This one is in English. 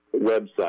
website